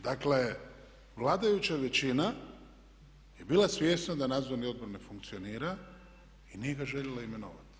Dakle, vladajuća većina je bila svjesna da nadzorni odbor ne funkcionira i nije ga željela imenovati.